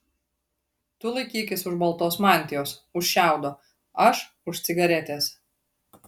tu laikykis už baltos mantijos už šiaudo aš už cigaretės